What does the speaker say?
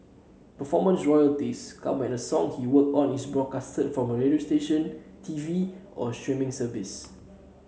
performance royalties come when a song he worked on is broadcast from a radio station T V or a streaming service